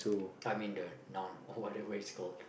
I mean the noun or whatever it's called